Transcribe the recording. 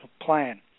plan